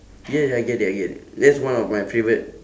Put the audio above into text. yes I get it I get it that's one of my favourite